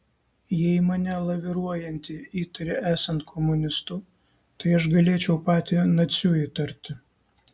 jei mane laviruojantį įtari esant komunistu tai aš galėčiau patį naciu įtarti